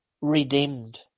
redeemed